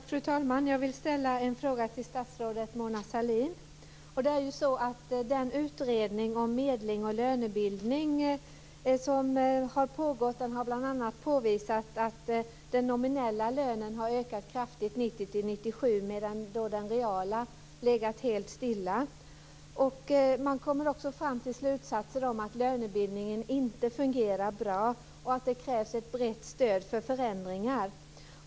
Fru talman! Jag vill ställa en fråga till statsrådet Den utredning om medling och lönebildning som har pågått har bl.a. påvisat att den nominella lönen har ökat kraftigt 1990-1997 medan den reala lönen har legat helt stilla. Man har också kommit fram till slutsatserna att lönebildningen inte fungerar bra och att det krävs ett brett stöd för förändringar.